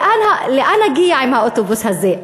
לאן אגיע עם האוטובוס הזה?